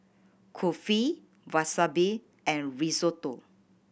Kulfi Wasabi and Risotto